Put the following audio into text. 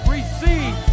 Receive